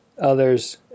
others